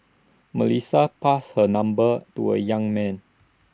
Melissa passed her number to A young man